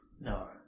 No